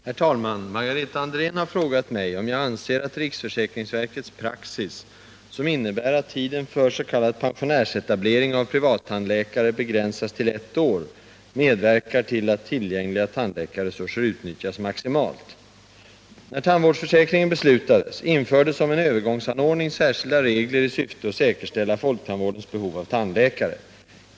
Herr talman! Margareta Andrén har frågat mig om jag anser att riksförsäkringsverkets praxis, som innebär att tiden för s.k. pensionärsetablering av privattandläkare begränsas till ett år, medverkar till att tillgängliga tandläkarresurser utnyttjas maximalt. När tandvårdsförsäkringen beslutades, infördes som en övergångsanordning särskilda regler i syfte att säkerställa folktandvårdens behov av tandläkare.